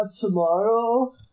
tomorrow